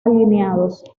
alineados